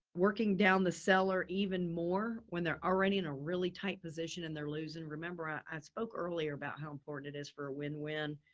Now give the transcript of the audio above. working down the seller even more when they're already in a really tight position and they're losing. remember i spoke earlier about how important it is for a win-win.